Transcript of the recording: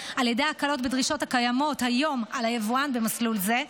על ידי הקלות בדרישות הקיימות היום על היבואן במסלול זה.